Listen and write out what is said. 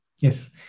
yes